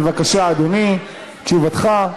בבקשה, אדוני, תשובתך.